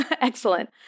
Excellent